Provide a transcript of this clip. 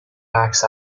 packs